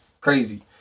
crazy